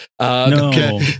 No